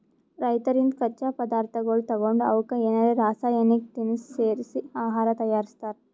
ರೈತರಿಂದ್ ಕಚ್ಚಾ ಪದಾರ್ಥಗೊಳ್ ತಗೊಂಡ್ ಅವಕ್ಕ್ ಏನರೆ ರಾಸಾಯನಿಕ್ ತಿನಸ್ ಸೇರಿಸಿ ಆಹಾರ್ ತಯಾರಿಸ್ತಾರ್